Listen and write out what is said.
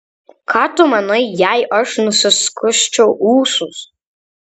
ką tu manai jei aš nusiskusčiau ūsus